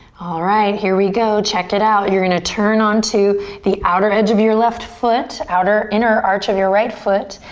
alright, here we go, check it out. you're gonna turn on to the outer edge of your left foot, inner arch of your right foot.